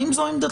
האם זו עמדתכם?